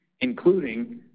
including